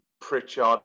Pritchard